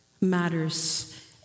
matters